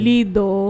Lido